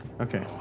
Okay